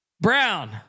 Brown